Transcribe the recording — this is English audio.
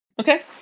Okay